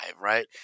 Right